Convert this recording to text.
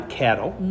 cattle